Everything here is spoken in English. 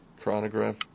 Chronograph